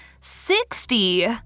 Sixty